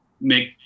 make